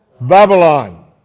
Babylon